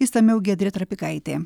išsamiau giedrė trapikaitė